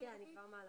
מצגת?